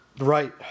Right